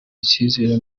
icyizere